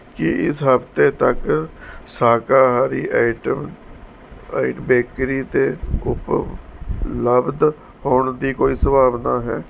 ਕੀ ਇਸ ਹਫ਼ਤੇ ਤੱਕ ਸਾਕਾਹਾਰੀ ਆਈਟਮ ਆਈ ਬੇਕਰੀ 'ਤੇ ਉਪਲਬਧ ਹੋਣ ਦੀ ਕੋਈ ਸੰਭਾਵਨਾ ਹੈ